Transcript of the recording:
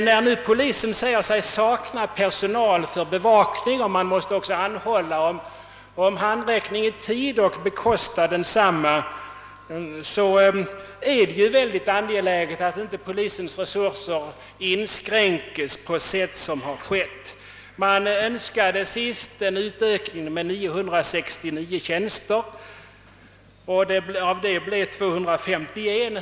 När nu polisen säger sig sakna personal för bevakning — man måste också anhålla om handräckning i tid och bekosta densamma — är det mycket angeläget att polisens resurser inte inskränks på sätt som har skett. Senast begärdes här i riksdagen en utökning med 969 tjänster; det blev 251.